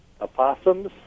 opossums